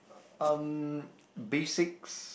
um basics